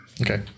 Okay